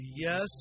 Yes